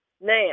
now